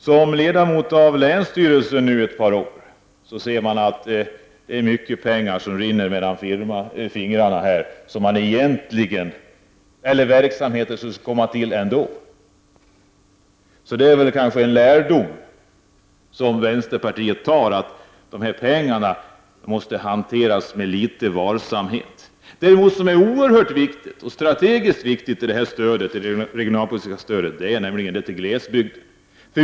Som ledamot av länsstyrelsen nu ett par år har jag sett att mycket pengar rinner mellan fingrarna till verksamheter som skulle komma till ändå. En lärdom som vänsterpartiet har gjort är att de här pengarna måste hanteras med större varsamhet. Strategiskt viktigt inom det regionalpolitiska stödet är det stöd som ges till glesbygden.